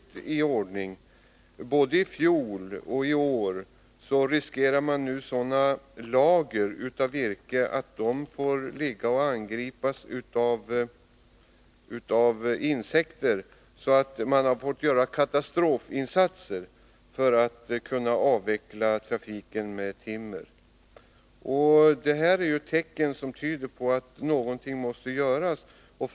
Till följd av vägförhållandena både i fjol och i år riskerar man att få så stora lager av virke att de hotas att angripas av insekter. Man har fått göra katastrofinsatser för att kunna avveckla trafiken med timmertransporter. Detta är tecken som tyder på att något måste göras åt vägarna.